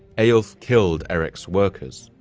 eyjolf killed erik's workers.